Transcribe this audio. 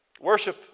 Worship